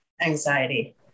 anxiety